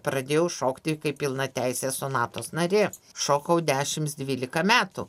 pradėjau šokti kaip pilnateisė sonatos narė šokau dešims dvylika metų